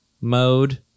mode